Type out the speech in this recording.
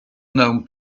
known